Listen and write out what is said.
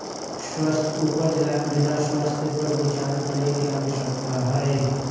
स्वस्थ उपज ला मृदा स्वास्थ्य पर विचार करे के आवश्यकता हई